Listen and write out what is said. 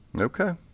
Okay